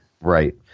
Right